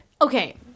Okay